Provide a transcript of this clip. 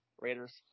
Raiders